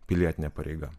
pilietinė pareiga